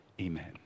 Amen